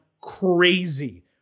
crazy